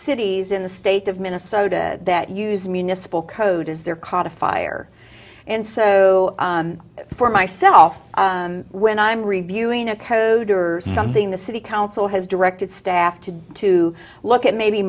cities in the state of minnesota that use municipal code is there caught fire and so for myself when i'm reviewing a code or something the city council has directed staff to to look at maybe